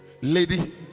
lady